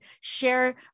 share